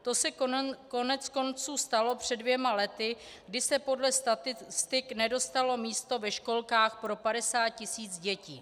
To se koneckonců stalo před dvěma lety, kdy se podle statistik nedostalo místo ve školkách pro 50 tisíc dětí.